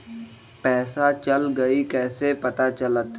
पैसा चल गयी कैसे पता चलत?